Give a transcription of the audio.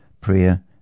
prayer